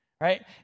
right